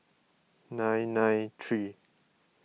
nine nine three